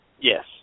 Yes